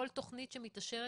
כל תכנית שמתאשרת,